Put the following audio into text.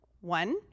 One